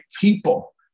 people